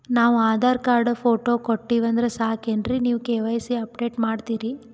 ನಾವು Aadhaar card, photo ಕೊಟ್ಟೀವಂದ್ರ ಸಾಕೇನ್ರಿ ನೀವ ಕೆ.ವೈ.ಸಿ ಅಪಡೇಟ ಮಾಡ್ತೀರಿ?